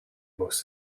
most